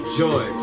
joy